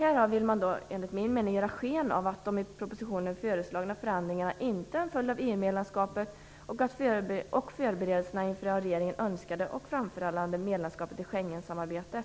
Härav vill man enligt min mening göra sken av att de i propositionen föreslagna förändringarna inte är en följd av EU-medlemskapet och förberedelserna inför det av regeringen önskade och framförhandlade medlemskapet i Schengensamarbetet.